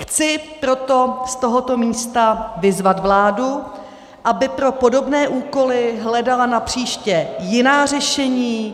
Chci proto z tohoto místa vyzvat vládu, aby pro podobné úkoly hledala napříště jiná řešení.